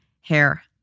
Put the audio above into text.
hair